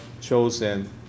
chosen